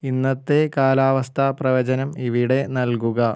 ഇന്നത്തെ കാലാവസ്ഥ പ്രവചനം ഇവിടെ നല്കുക